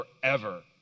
forever